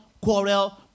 quarrel